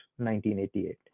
1988